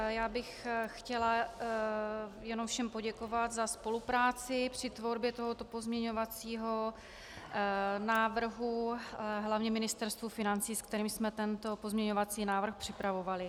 Já bych chtěla jenom všem poděkovat za spolupráci při tvorbě tohoto pozměňovacího návrhu hlavně Ministerstvu financí, se kterým jsme tento pozměňovací návrh připravovali.